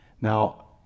Now